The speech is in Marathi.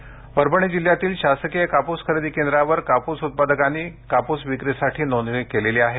कापूस परभणी जिल्ह्यातील शासकीय कापुस खरेदी केंद्रावर कापुस उत्पादकांनी कापुस विक्रीसाठी नोंदणी केलेली आहे